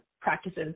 practices